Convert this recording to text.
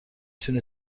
تونه